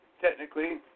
technically